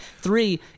three